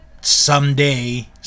someday